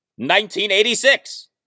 1986